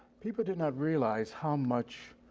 people did not realize how much